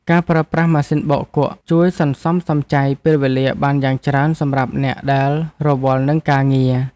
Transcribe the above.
ការប្រើប្រាស់ម៉ាស៊ីនបោកគក់ជួយសន្សំសំចៃពេលវេលាបានយ៉ាងច្រើនសម្រាប់អ្នកដែលរវល់នឹងការងារ។